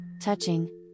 touching